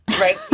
right